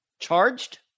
charged